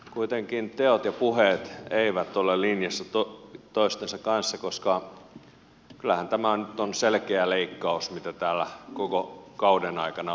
kuitenkaan teot ja puheet eivät ole linjassa toistensa kanssa koska kyllähän tämä nyt on selkeä leikkaus mitä täällä koko kauden aikana ollaan tehty